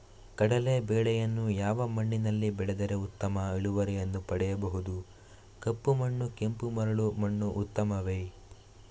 ಕಡಲೇ ಬೆಳೆಯನ್ನು ಯಾವ ಮಣ್ಣಿನಲ್ಲಿ ಬೆಳೆದರೆ ಉತ್ತಮ ಇಳುವರಿಯನ್ನು ಪಡೆಯಬಹುದು? ಕಪ್ಪು ಮಣ್ಣು ಕೆಂಪು ಮರಳು ಮಣ್ಣು ಉತ್ತಮವೇ?